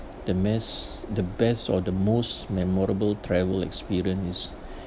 the mas~ the best or the most memorable travel experience is